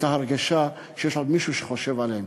את ההרגשה שיש עוד מישהו שחושב עליהם.